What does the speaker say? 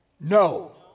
No